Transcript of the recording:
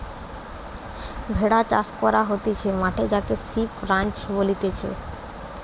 ভেড়া চাষ করা হতিছে মাঠে যাকে সিপ রাঞ্চ বলতিছে